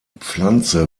pflanze